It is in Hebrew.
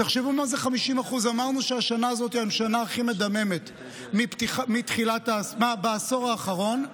תחשבו מה זה 50%. אמרנו שהשנה הזאת היא השנה הכי מדממת בעשור האחרון,